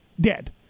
Dead